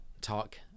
talk